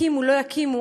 יקימו או לא יקימו,